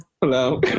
Hello